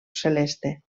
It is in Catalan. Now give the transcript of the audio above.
celeste